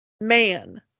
Man